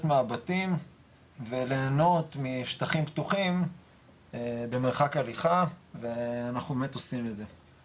מהבתים ולהנות משטחים פתוחים במרחק הליכה ואנחנו באמת עושים את זה.